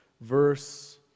verse